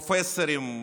פרופסורים,